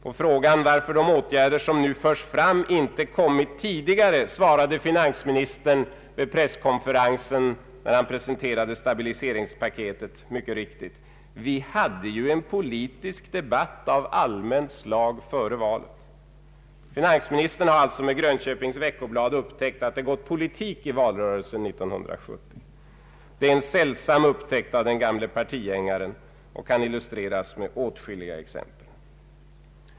På frågan varför de åtgärder som nu förs fram inte vidtagits tidigare svarade finansministern vid den presskonferens där han presenterade stabiliseringspaketet mycket riktigt: ”——— vi hade ju en politisk debatt av allmänt slag före valet.” Finansministern har alltså med Grönköpings Veckoblad upptäckt att det gått politik i valrörelsen 1970. Det är en sällsam upptäckt av den gamle partigängaren och kan illustreras med åtskilliga exempel.